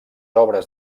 obres